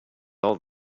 all